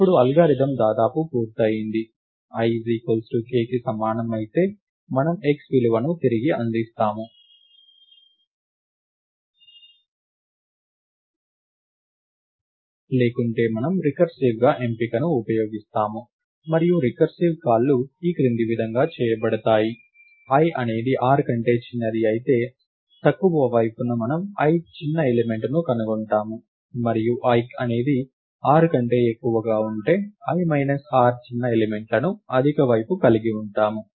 ఇప్పుడు అల్గోరిథం దాదాపు పూర్తయింది i k కి సమానం అయితే మనం x విలువను తిరిగి అందిస్తాము లేకుంటే మనము రికర్సివ్గా ఎంపికను ఉపయోగిస్తాము మరియు రికర్సివ్ కాల్లు ఈ క్రింది విధంగా చేయబడతాయి i అనేది r కంటే చిన్నది అయితే తక్కువ వైపున మనము ith చిన్న ఎలిమెంట్ ను కనుగొంటాము మరియు i అనేది r కంటే ఎక్కువగా ఉంటే i r చిన్న ఎలిమెంట్లను అధిక వైపు కలిగి ఉంటాము